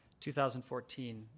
2014